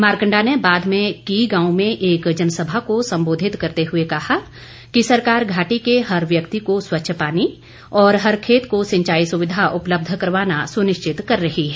मारकण्डा ने बाद में की गांव में एक जनसभा को सम्बोधित करते हुए कहा कि सरकार घाटी के हर व्यक्ति को स्वच्छ पानी और हर खेत को सिंचाई सुविधा उपलब्ध करवाना सुनिश्चित कर रही है